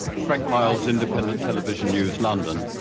frank miles, independent television news, london.